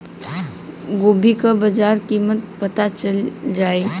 गोभी का बाजार कीमत पता चल जाई?